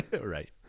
Right